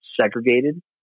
segregated